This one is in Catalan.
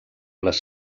les